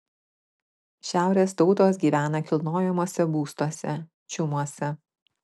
šiaurės tautos gyvena kilnojamuose būstuose čiumuose